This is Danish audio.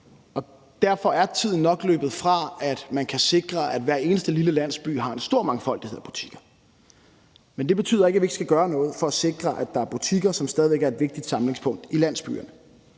Derfor er tiden nok løbet fra, at man kan sikre, at hver eneste lille landsby har en stor mangfoldighed af butikker. Men det betyder ikke, at vi ikke skal gøre noget for at sikre, at der er butikker, som stadig væk er et vigtigt samlingspunkt i landsbyerne.